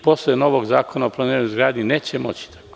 Posle novog zakona o planiranju i izgradnji neće moći tako.